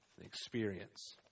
experience